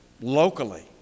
locally